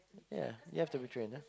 yeah you have to be trained ah